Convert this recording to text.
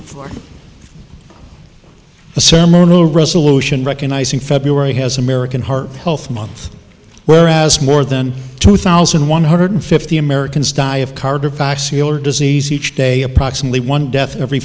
history for the ceremonial resolution recognizing february has american heart health month where as more than two thousand one hundred fifty americans die of cardiovascular disease each day approximately one death every